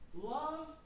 Love